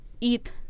eat